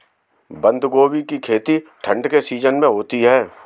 बंद गोभी की खेती ठंड के सीजन में होती है